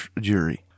jury